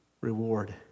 reward